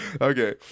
Okay